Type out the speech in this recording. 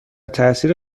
تاثیر